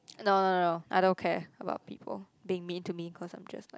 no no no I don't care about people being mean to me cause I'm just like